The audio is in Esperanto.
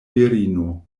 virino